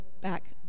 back